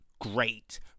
great